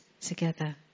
together